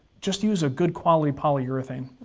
just use a good quality polyurethane.